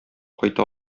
кайта